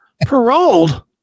Paroled